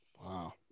Wow